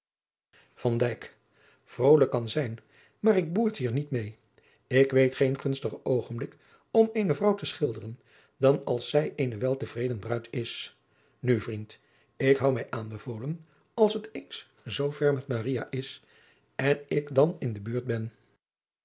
vrolijk kan zijn maar ik boert hier niet meê ik weet geen gunstiger oogenblik om eene vrouw te schilderen dan als zij eene wel te vreden bruid is nu vriend ik houd mij aanbevolen als het eens zoo ver met maria is en ik dan in de buurt ben